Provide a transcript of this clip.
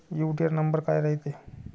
UTR नंबर काय रायते?